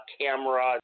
camera